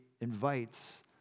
invites